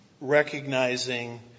recognizing